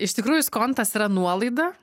iš tikrųjų skontas yra nuolaida